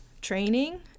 training